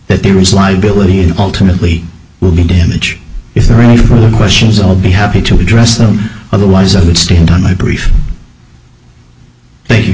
that they risk liability and ultimately will be damage if they really throw the questions i'll be happy to address them otherwise i would stand on my brief thank you